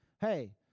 hey